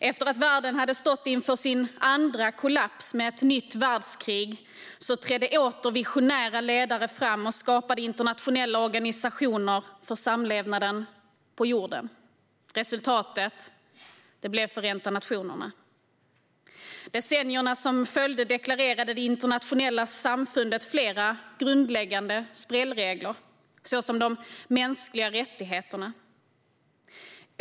Efter att världen hade stått inför sin andra kollaps med ett nytt världskrig trädde åter visionära ledare fram och skapade internationella organisationer för samlevnaden på jorden. Resultatet blev Förenta nationerna. Decennierna som följde deklarerade det internationella samfundet flera grundläggande spelregler, såsom de mänskliga rättigheterna.